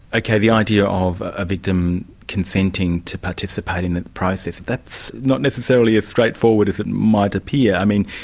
okay, the idea of a victim consenting to participate in the process, that's not necessarily as straightforward as it might appear. i mean,